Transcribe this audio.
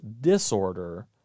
disorder